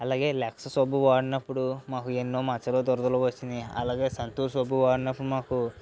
అలాగే లక్స్ సబ్బు వాడినప్పుడు మాకు ఎన్నో మచ్చలు దురదలు వచ్చినాయి అలాగే సంతూర్ సబ్బు వాడినప్పుడు మాకు